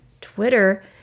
Twitter